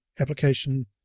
application